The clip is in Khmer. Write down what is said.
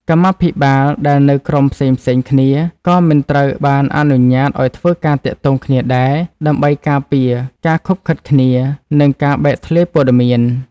កម្មាភិបាលដែលនៅក្រុមផ្សេងៗគ្នាក៏មិនត្រូវបានអនុញ្ញាតឱ្យធ្វើការទាក់ទងគ្នាដែរ ដើម្បីការពារការឃុបឃិតគ្នា និងការបែកធ្លាយព័ត៌មាន។